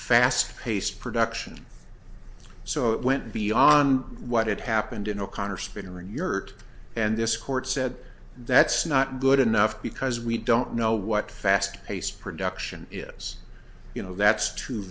fast paced production so it went beyond what had happened in o'connor spinner in europe and this court said that's not good enough because we don't know what fast paced production is you know that's true